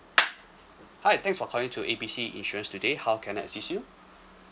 hi thanks for calling to A B C insurance today how can I assist you